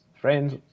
friends